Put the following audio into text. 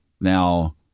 Now